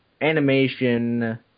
animation